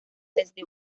desde